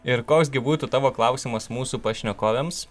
ir koks gi būtų tavo klausimas mūsų pašnekovėms